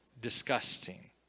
disgusting